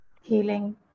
healing